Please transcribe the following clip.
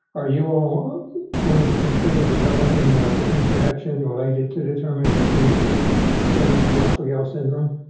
are you all wanting to consider developing ah potential action related to determining mechanistic studies for alpha-gal syndrome?